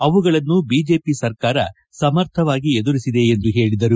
ಅವುಗಳನ್ನು ಬಿಜೆಪಿ ಸರ್ಕಾರ ಸಮರ್ಥವಾಗಿ ಎದುರಿಸಿದೆ ಎಂದು ಹೇಳಿದರು